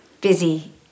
busy